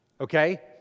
okay